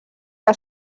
que